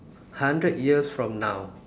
hundred years from now